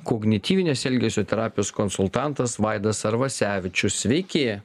kognityvinės elgesio terapijos konsultantas vaidas arvasevičius sveiki